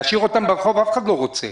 להשאיר אותם ברחוב אף אחד לא רוצה.